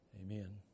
amen